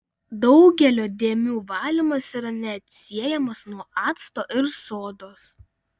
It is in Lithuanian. daugelio dėmių valymas yra neatsiejamas nuo acto ir sodos